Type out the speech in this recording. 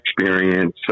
experience